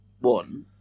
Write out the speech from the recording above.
one